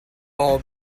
all